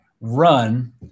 run